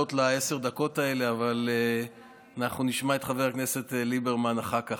לעלות לעשר הדקות האלה אבל אנחנו נשמע את חבר הכנסת ליברמן אחר כך,